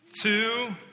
two